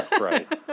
Right